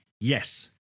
yes